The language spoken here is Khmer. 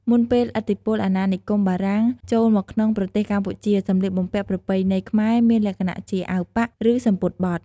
មុនពេលឥទ្ធិពលអាណានិគមបារាំងចូលមកក្នុងប្រទេសកម្ពុជា សម្លៀកបំពាក់ប្រពៃណីខ្មែរមានលក្ខណៈជា អាវប៉ាក់ ឬ សំពត់បត់។